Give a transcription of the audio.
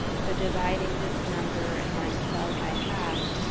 so dividing this number in line twelve by half,